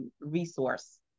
resource